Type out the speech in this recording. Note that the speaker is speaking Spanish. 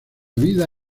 vida